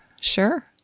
Sure